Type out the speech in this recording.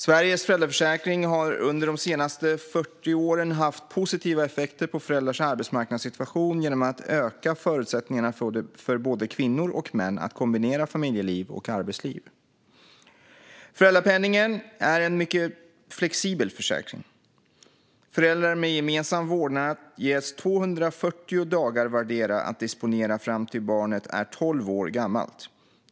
Sveriges föräldraförsäkring har under de senaste 40 åren haft positiva effekter på föräldrars arbetsmarknadssituation genom att öka förutsättningarna för både kvinnor och män att kombinera familjeliv och arbetsliv. Föräldrapenningen är en mycket flexibel försäkring. Föräldrar med gemensam vårdnad ges 240 dagar vardera att disponera fram till att barnet är tolv år gammalt.